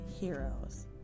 Heroes